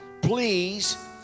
Please